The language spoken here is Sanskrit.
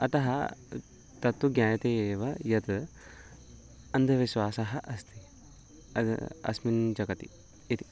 अतः तत्तु ज्ञायते एव यत् अन्धविश्वासः अस्ति अस्मिन् जगति इति